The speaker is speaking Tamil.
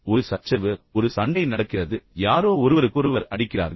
எனவே ஒரு சச்சரவு நடக்கிறது ஒரு சண்டை உள்ளது யாரோ ஒருவருக்கொருவர் அடிக்கிறார்கள்